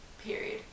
period